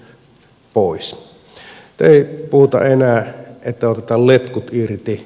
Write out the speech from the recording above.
nyt ei puhuta enää että otetaan letkut irti